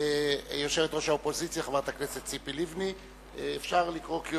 עד שתעלה יושבת-ראש האופוזיציה,